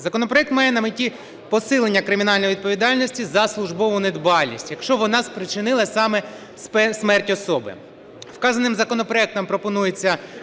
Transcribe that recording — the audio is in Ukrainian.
Законопроект має на меті посилення кримінальної відповідальності за службову недбалість, якщо вона спричинила саме смерть особи. Вказаним законопроектом пропонується